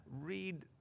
Read